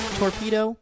torpedo